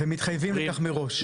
ומתחייבים לכך מראש.